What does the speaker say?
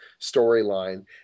storyline